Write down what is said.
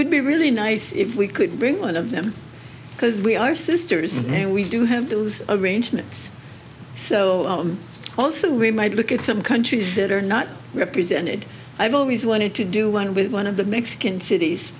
would be really nice if we could bring one of them because we are sisters and we do have those arrangements so also we might look at some countries that are not represented i've always wanted to do one with one of the mexican cities